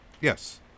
Yes